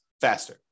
faster